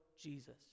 Jesus